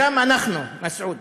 גם אנחנו, מסעוד,